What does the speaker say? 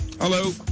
Hello